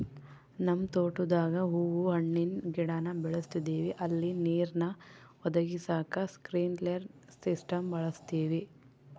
ನಮ್ ತೋಟುದಾಗ ಹೂವು ಹಣ್ಣಿನ್ ಗಿಡಾನ ಬೆಳುಸ್ತದಿವಿ ಅಲ್ಲಿ ನೀರ್ನ ಒದಗಿಸಾಕ ಸ್ಪ್ರಿನ್ಕ್ಲೆರ್ ಸಿಸ್ಟಮ್ನ ಬಳುಸ್ತೀವಿ